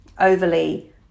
overly